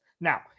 Now